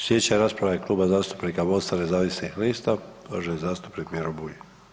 Slijedeća rasprava je Kluba zastupnika MOST-a nezavisnih lista, uvaženi zastupnik Miro Bulj.